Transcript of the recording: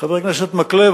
חבר הכנסת מקלב,